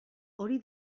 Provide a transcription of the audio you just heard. hori